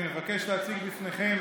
אני מבקש להציג בפניכם